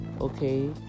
okay